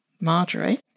Marjorie